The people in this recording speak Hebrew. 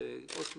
זה אות מתה.